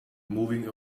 moving